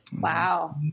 Wow